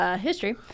history